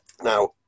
Now